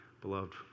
beloved